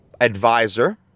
advisor